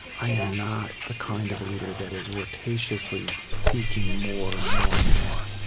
i am not the kind of leader that is rapaciously seeking more, more, more.